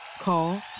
Call